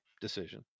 decision